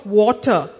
water